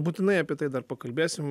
būtinai apie tai dar pakalbėsim